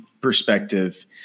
perspective